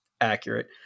accurate